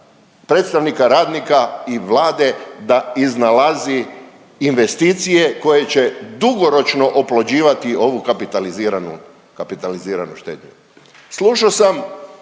predstavnika radnika i vlade da iznalazi investicije koje će dugoročno oplođivati ovu kapitaliziranu štednju.